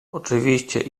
oczywiście